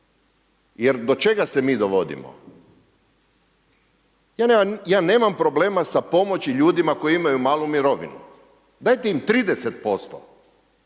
jer do čega se mi dovodimo? Ja nemam problema sa pomoći ljudima koji imaju malu mirovinu, dajte im 30%,